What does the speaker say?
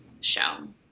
shown